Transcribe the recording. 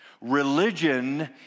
Religion